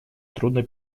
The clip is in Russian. трудно